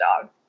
dog